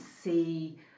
see